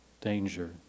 danger